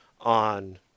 on